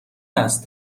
است